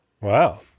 Wow